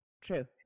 True